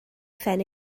phen